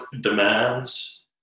demands